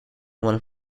was